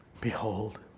Behold